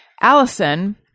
Allison